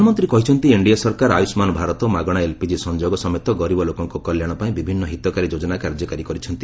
PM rally ପ୍ରଧାନମନ୍ତ୍ରୀ କହିଛନ୍ତି NDA ସରକାର ଆୟୁଷ୍ମାନ ଭାରତ ମାଗଣା ଏଲ୍ପିଜି ସଂଯୋଗ ସମେତ ଗରିବ ଲୋକଙ୍କ କଲ୍ୟାଣ ପାଇଁ ବିଭିନ୍ନ ହିତକାରୀ ଯୋଜନା କାର୍ଯ୍ୟକାରୀ କରିଛନ୍ତି